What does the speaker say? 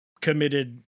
committed